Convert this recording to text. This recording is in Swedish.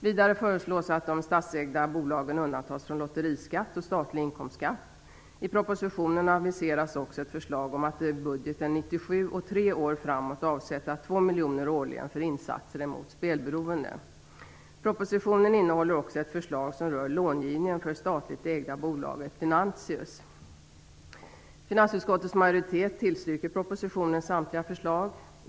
Vidare föreslås att de statsägda bolagen undantas från lotteriskatt och statlig inkomstskatt. I propositionen aviseras också ett förslag om att i budget för år 1997 och tre år framåt avsätta 2 miljoner årligen för insatser mot spelberoende. Propositionen innehåller också ett förslag som rör långivningen för det statliga bolaget Venantius AB. Finansutskottets majoritet tillstyrker propositionens samtliga förslag.